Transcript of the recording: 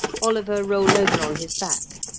oliver rolled over on his back,